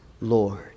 Lord